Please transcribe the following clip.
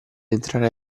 entrare